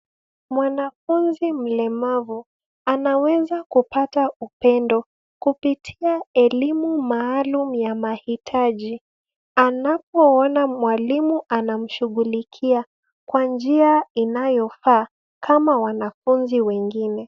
Mwanafunzi mlemavu anaweza kupata upendo kupitia elimu maalum ya mahitaji. Anapoona mwalimu anamshughulikia kwa njia inayofaa kama wanafunzi wengine.